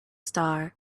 star